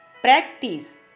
Practice